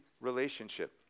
relationship